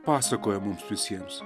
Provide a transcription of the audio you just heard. pasakoja mums visiems